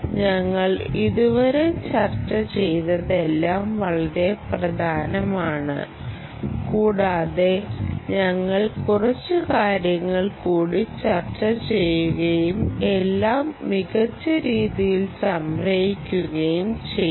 ഞങ്ങൾ ഇതുവരെ ചർച്ച ചെയ്തതെല്ലാം വളരെ പ്രധാനമാണ് കൂടാതെ ഞങ്ങൾ കുറച്ച് കാര്യങ്ങൾ കൂടി ചർച്ച ചെയ്യുകയും എല്ലാം മികച്ച രീതിയിൽ സംഗ്രഹിക്കുകയും ചെയ്യും